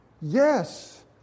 Yes